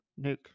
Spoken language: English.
nuke